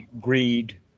greed